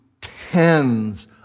tens